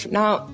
Now